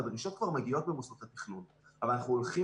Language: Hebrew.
הדרישות כבר מגיעות ממוסדות התכנון אבל אנחנו הולכים